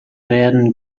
werden